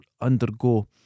undergo